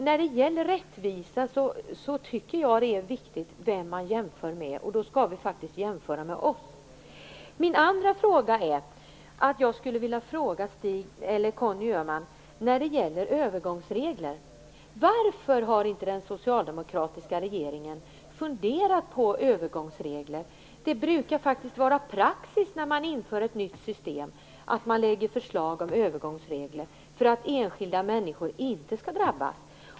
När det gäller rättvisa är det viktigt vem man jämför med, och då skall vi faktiskt jämföra med oss. Jag skulle vilja fråga Conny Öhman om övergångsregler. Varför har inte den socialdemokratiska regeringen funderat på övergångsregler? Det brukar faktiskt vara praxis när man inför ett nytt system för att enskilda människor inte skall drabbas.